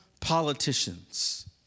politicians